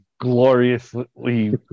gloriously